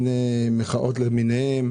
מחאה למיניהן